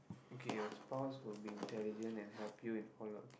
okay your spouse will be intelligent and help you in all okay